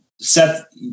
Seth